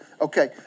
Okay